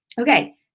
Okay